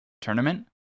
tournament